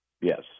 yes